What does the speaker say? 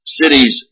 cities